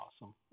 awesome